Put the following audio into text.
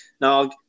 now